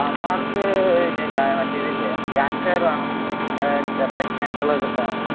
അവന്മാർക്ക് പിന്നെ മറ്റേതില്ലേ ക്യാംപ് ഫയർ വേണം പിന്നെ ചെറുത് അടിക്കാനുള്ള ഇതൊക്കെ വേണം